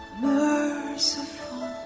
merciful